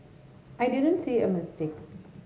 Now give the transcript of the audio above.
I didn't see a mistake